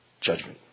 judgment